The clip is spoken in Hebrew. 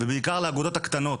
ובעיקר לאגודות הקטנות.